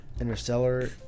Interstellar